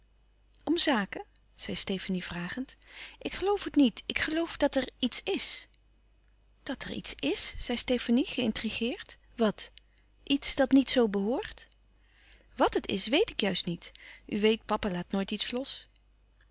om zaken zei stefanie vragend ik geloof het niet ik geloof dat er iets is dat er iets is zei stefanie geïntrigeerd wat iets dat niet zoo behoort wàt het is weet ik juist niet u weet papa laat nooit iets los